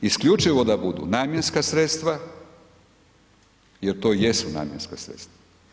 Isključivo da budu namjenska sredstva, jer to jesu namjenska sredstva.